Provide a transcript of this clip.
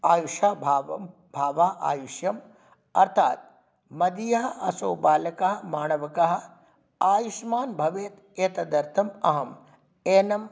आयुषः भावं भावः आयुष्यम् अर्थात् मदीयः असौ बालकः माणवकः आयुष्मान् भवेत् एतदर्थम् अहम् एनं